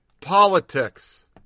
politics